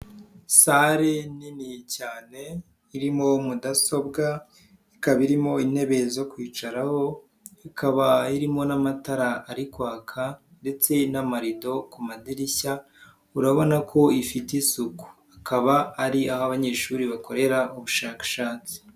Salle nini cyane irimo mudasobwa, ikaba irimo intebe zo kwicaraho, ikaba irimo n'amatara ari kwaka ndetse n'amarido ku madirishya, urabona ko ifite isuku, akaba ari aho abanyeshuri bakorera ubushakashatsi.